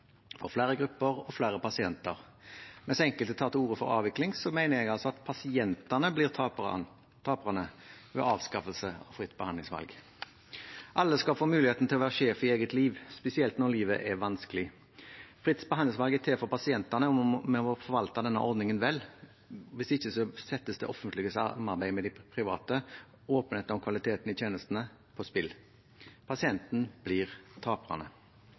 for flere grupper og flere pasienter. Mens enkelte tar til orde for avvikling, mener jeg altså at pasientene blir taperne ved avskaffelse av fritt behandlingsvalg. Alle skal få muligheten til å være sjef i eget liv, spesielt når livet er vanskelig. Fritt behandlingsvalg er til for pasientene, og vi må forvalte denne ordningen vel. Hvis ikke settes det offentlige samarbeidet med de private og åpenhet om kvaliteten i tjenestene på spill. Pasientene blir taperne.